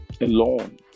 alone